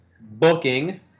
booking